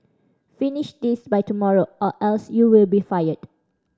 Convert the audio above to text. finish this by tomorrow or else you will be fired